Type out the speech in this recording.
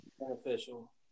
beneficial